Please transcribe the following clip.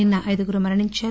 నిన్న ఐదుగురు మరణించారు